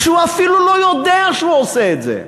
כשהוא אפילו לא יודע שהוא עושה את זה,